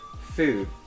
food